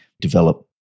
develop